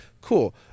cool